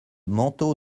manteau